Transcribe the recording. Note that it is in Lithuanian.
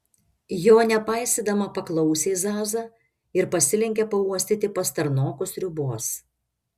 jo nepaisydama paklausė zaza ir pasilenkė pauostyti pastarnokų sriubos